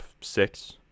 six